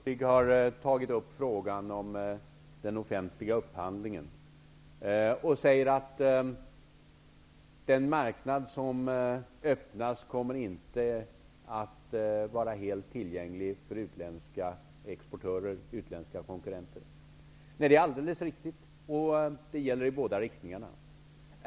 Herr talman! Bengt Hurtig har tagit upp frågan om den offentliga upphandlingen. Han säger att den marknad som öppnas kommer inte att vara helt tillgänglig för utländska exportörer och konkurrenter. Det är alldeles riktigt. Det gäller i båda riktningarna.